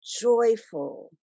joyful